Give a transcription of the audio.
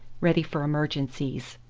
ready for emergencies.